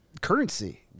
currency